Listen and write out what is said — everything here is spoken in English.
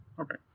Okay